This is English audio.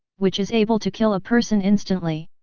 which is able to kill a person instantly.